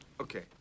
okay